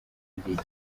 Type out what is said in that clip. igihe